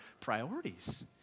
priorities